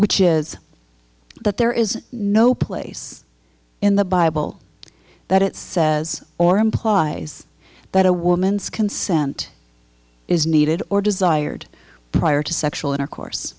which is that there is no place in the bible that it says or implies that a woman's consent is needed or desired prior to sexual intercourse